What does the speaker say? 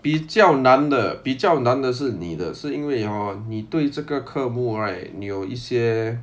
比较难的比较难的是你的是因为 hor 你对这个课目 right 你有一些